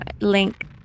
link